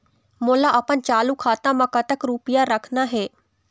मोला अपन चालू खाता म कतक रूपया रखना हे?